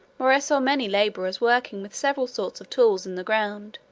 where i saw many labourers working with several sorts of tools in the ground,